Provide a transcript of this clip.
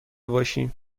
باشیم